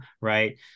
right